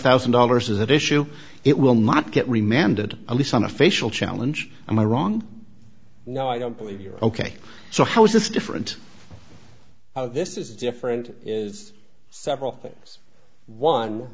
thousand dollars is at issue it will not get remanded at least on a facial challenge am i wrong no i don't believe you're ok so how is this different this is different is several one